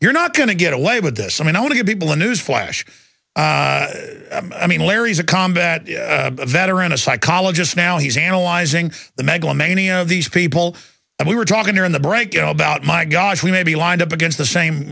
you're not going to get away with this i mean i want to get people a news flash i mean larry's a combat veteran a psychologist now he's analyzing the megalomania of these people and we were talking during the break you know about my gosh we may be lined up against the same